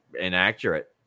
inaccurate